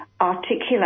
articulate